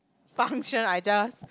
function I just